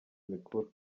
mikuru